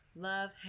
Love